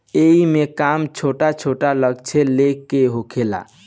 एईमे काम छोट छोट लक्ष्य ले के होखेला